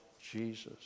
Jesus